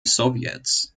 sowjets